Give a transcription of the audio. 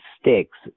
sticks